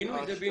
בינוי זה בינוי.